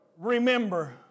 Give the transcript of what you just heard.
Remember